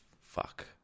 fuck